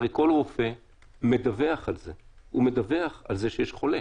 הרי כל רופא מדווח על זה שיש חולה.